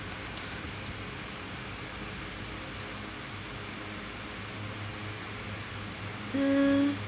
mm